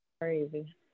crazy